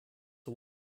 are